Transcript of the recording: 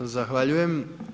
Zahvaljujem.